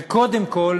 זה קודם כול